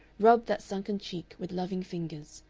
rubbed that sunken cheek with loving fingers,